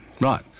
Right